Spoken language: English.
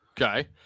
Okay